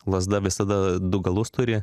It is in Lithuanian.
lazda visada du galus turi